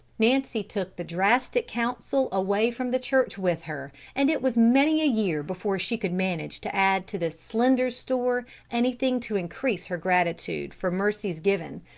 nancy took the drastic counsel away from the church with her, and it was many a year before she could manage to add to this slender store anything to increase her gratitude for mercies given,